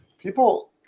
People